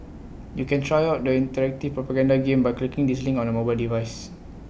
you can try out the interactive propaganda game by clicking this link on A mobile device